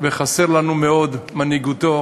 וחסרים לנו מאוד מנהיגותו